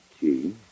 Key